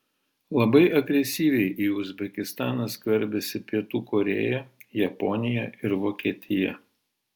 labai agresyviai į uzbekistaną skverbiasi pietų korėja japonija ir vokietija